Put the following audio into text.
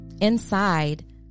Inside